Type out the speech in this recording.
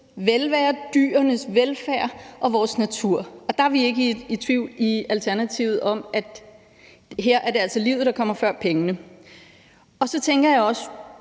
velvære, dyrenes velfærd og vores natur? Der er vi ikke i tvivl i Alternativet om, at her er det altså livet, der kommer før pengene. Så tænker jeg også,